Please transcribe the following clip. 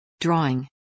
Drawing